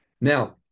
Now